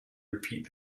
repeat